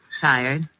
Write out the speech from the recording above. Tired